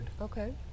Okay